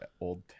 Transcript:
old